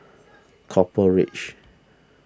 Copper Ridge